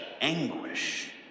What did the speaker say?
anguish